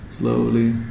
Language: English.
Slowly